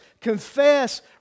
Confess